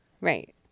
right